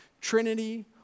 Trinity